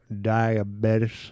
diabetes